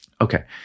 Okay